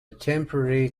temporary